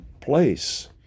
place